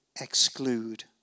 exclude